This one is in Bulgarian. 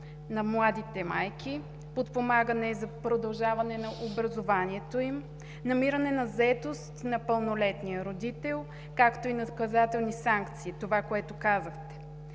на младите майки, подпомагане за продължаване на образованието им, намиране на заетост на пълнолетния родител, както и наказателни санкции, това, което казахте.